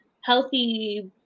healthy